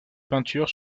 peintures